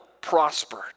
prospered